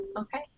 Okay